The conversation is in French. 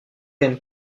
and